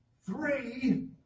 three